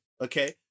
Okay